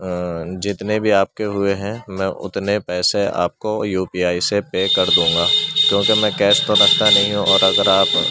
جتنے بھی آپ کے ہوئے ہیں میں اتنے پیسے آپ کو یو پی آئی سے پے کر دوں گا کیونکہ میں کیش تو رکھتا نہیں ہوں اور اگر آپ